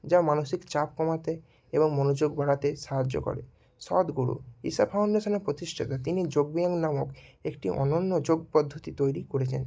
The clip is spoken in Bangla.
যা মানসিক চাপ কমাতে এবং মনোযোগ বাড়াতে সাহায্য করে সদ্গুরু ইশা ফাউন্ডেশানের প্রতিষ্ঠাতা তিনি যোগব্যায়াম নামক একটি অনন্য যোগ পদ্ধতি তৈরি করেছেন